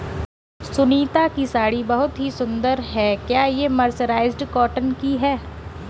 सुनीता की साड़ी बहुत सुंदर है, क्या ये मर्सराइज्ड कॉटन की है?